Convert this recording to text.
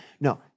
No